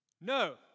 No